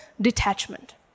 detachment